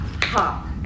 pop